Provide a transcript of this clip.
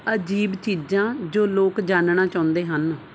ਅਜੀਬ ਚੀਜ਼ਾਂ ਜੋ ਲੋਕ ਜਾਣਨਾ ਚਾਹੁੰਦੇ ਹਨ